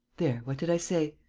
there, what did i say?